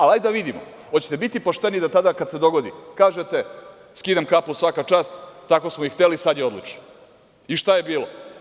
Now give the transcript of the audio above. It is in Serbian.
Ajde da vidimo, hoćete biti pošteni da tada da se dogodi kažete – skidam kapu, svaka čast, tako smo i hteli, sada je odlično i šta je bilo?